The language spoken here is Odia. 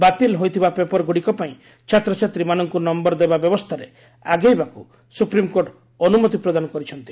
ବାତିଲ ହୋଇଥିବା ପେପରଗୁଡ଼ିକ ପାଇଁ ଛାତ୍ରଛାତ୍ରୀମାନଙ୍କୁ ନୟର ଦେବା ବ୍ୟବସ୍ଥାରେ ଆଗେଇବାକୁ ସୁପ୍ରିମ୍କୋର୍ଟ ଅନୁମତି ପ୍ରଦାନ କରିଛନ୍ତି